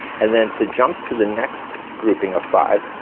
and then to jump to the next grouping of five,